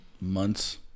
months